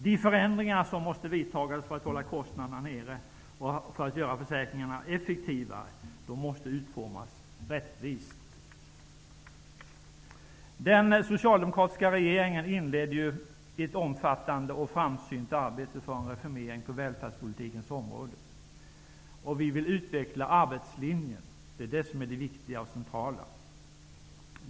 De förändringar som måste vidtas för att hålla kostnaderna nere och för att göra försäkringarna effektivare måste utformas rättvist. Den socialdemokratiska regeringen inledde ett omfattande och framsynt arbete för en reformering på välfärdspolitikens område. Vi vill utveckla arbetslinjen. Det är det viktiga och centrala.